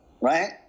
Right